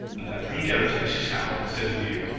and let me go to mrs howell instead of you.